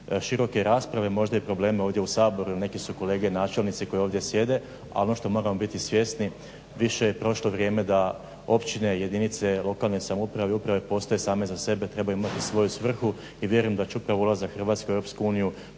široke rasprave, možda i probleme ovdje u Saboru jer neki su kolege načelnici koji ovdje sjede. Al ono što moramo biti svjesni više je prošlo vrijeme da općine i jedinice lokalne samouprave i uprave postoje same za sebe, treba imati svoju svrhu i vjerujem da će upravo ulazak Hrvatske u